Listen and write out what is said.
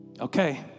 Okay